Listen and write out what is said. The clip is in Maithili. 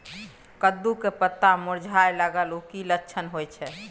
कद्दू के पत्ता मुरझाय लागल उ कि लक्षण होय छै?